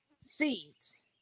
seeds